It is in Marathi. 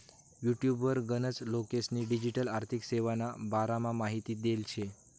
युटुबवर गनच लोकेस्नी डिजीटल आर्थिक सेवाना बारामा माहिती देल शे